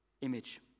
image